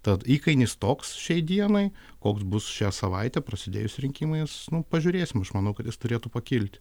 tad įkainis toks šiai dienai koks bus šią savaitę prasidėjus rinkimais nu pažiūrėsim aš manau kad jis turėtų pakilti